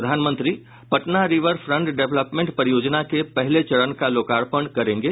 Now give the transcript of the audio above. प्रधानमंत्री Patna river front development परियोजना के पहले चरण का लोकार्पण करेंगे